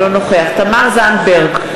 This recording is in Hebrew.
אינו נוכח תמר זנדברג,